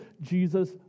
Jesus